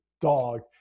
dog